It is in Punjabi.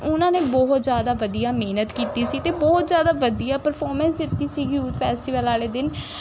ਉਹਨਾਂ ਨੇ ਬਹੁਤ ਜ਼ਿਆਦਾ ਵਧੀਆ ਮਿਹਨਤ ਕੀਤੀ ਸੀ ਅਤੇ ਬਹੁਤ ਜ਼ਿਆਦਾ ਵਧੀਆ ਪਰਫੋਰਮੈਂਸ ਦਿੱਤੀ ਸੀਗੀ ਯੂਥ ਫੈਸਟੀਵਲ ਵਾਲੇ ਦਿਨ